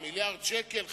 5 מיליארדי שקל חיסכון.